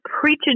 preaching